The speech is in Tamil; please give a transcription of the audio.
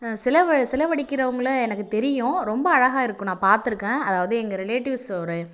சில வ சிலை வடிக்கிறவங்களை எனக்கு தெரியும் ரொம்ப அழகாக இருக்கும் நான் பார்த்துருக்கேன் அதாவது எங்க ரிலேட்டிவ்ஸ் ஒரு